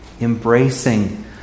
Embracing